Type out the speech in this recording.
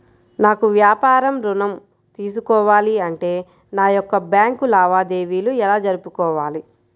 నాకు వ్యాపారం ఋణం తీసుకోవాలి అంటే నా యొక్క బ్యాంకు లావాదేవీలు ఎలా జరుపుకోవాలి?